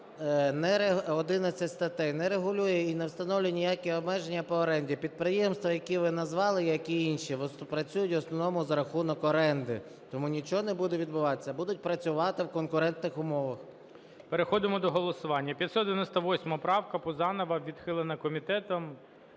11 статей, не регулює і не встановлює ніякі обмеження по оренді. Підприємства, які ви назвали, як і інші, працюють в основному за рахунок оренди. Тому нічого не буде відбуватися. Будуть працювати в конкурентних умовах. ГОЛОВУЮЧИЙ. Переходимо до голосування. 598 правка Пузанова відхилена комітетом.